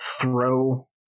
throw